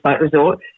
resort